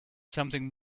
something